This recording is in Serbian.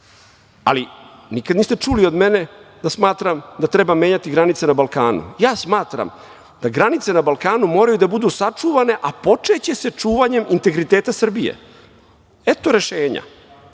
Ali, nikad niste čuli od mene da smatram da treba menjati granice na Balkanu. Ja smatram da granice na Balkanu moraju da budu sačuvane, a počeće sa čuvanjem integriteta Srbije. Eto rešenja.